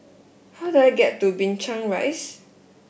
how do I get to Binchang Rise